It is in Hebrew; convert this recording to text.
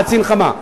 חצי נחמה.